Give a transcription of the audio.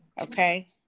okay